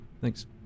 Thanks